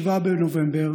7 בנובמבר,